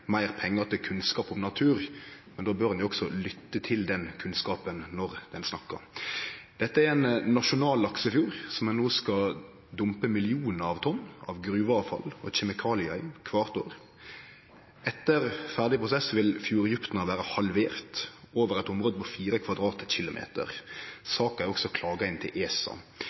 meir pengar til kunnskap om natur, men då bør ein jo også lytte til den kunnskapen når ein snakkar. Dette er ein nasjonal laksefjord som ein no skal dumpe millionar av tonn gruveavfall og kjemikaliar i kvart år. Etter ferdig prosess vil fjorddjupna vere halvert over eit område på 4 km2. Saka er også klaga inn til ESA.